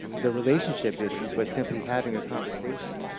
the relationship issues, by simply having a conversation.